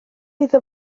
iddo